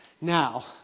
Now